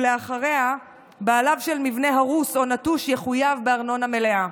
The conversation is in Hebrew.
ואחריה בעליו של בניין הרוס או נטוש יחויב בארנונה המלאה.